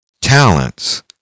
Talents